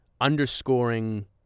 underscoring